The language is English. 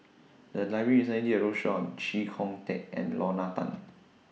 The Library recently did A roadshow on Chee Kong Tet and Lorna Tan